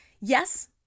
Yes